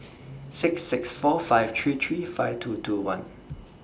six six four five three three five two two one